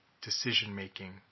decision-making